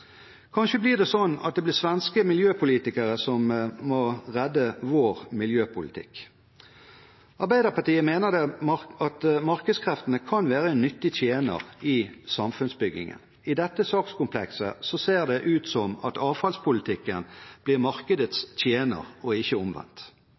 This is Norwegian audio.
Kanskje blir det sånn at det blir svenske miljøpolitikere som må redde vår miljøpolitikk? Arbeiderpartiet mener at markedskreftene kan være en nyttig tjener i samfunnsbyggingen. I dette sakskomplekset ser det ut til at avfallspolitikken blir markedets tjener og ikke omvendt.